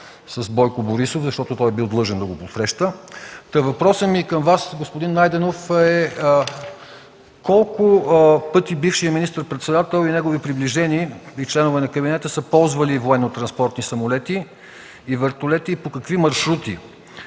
Бойко Борисов, защото той бил длъжен да го посреща. Та, въпросът ми към Вас, господин Найденов, е: колко пъти бившият министър-председател и негови приближени, и членове на кабинета, са ползвали военно-транспортни самолети и вертолети, по какви маршрути?